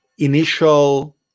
initial